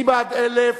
ודאי.